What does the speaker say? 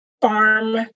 farm